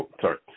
sorry